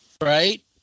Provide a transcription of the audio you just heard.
Right